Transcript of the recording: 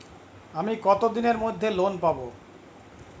আমি কতদিনের মধ্যে লোন পাব?